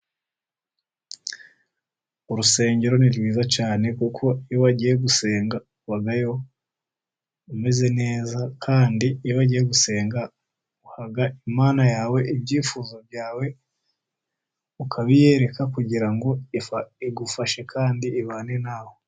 Urusengero ni rwiza cyane, kuko iyo wagiye gusenga uvayo umeze neza, kandi iyo ugiye gusenga uha Imana yawe ibyifuzo byawe, ukabiyereka kugira ngo igufashe kandi ibane nawe.